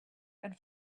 and